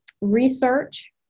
Research